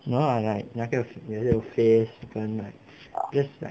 no ah like 那个 is it face 跟 like just like